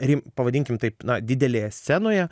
ir pavadinkim taip na didelėje scenoje